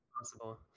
possible